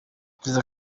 perezida